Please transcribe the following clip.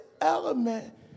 element